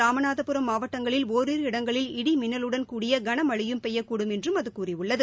ராமநாதபுரம் மாவட்டங்களில் ஓரிரு இடங்களில் இடி மின்னலுடன்கூடிய கனமழை பெய்யக்கூடும் என்றும் அது கூறியுள்ளது